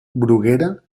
bruguera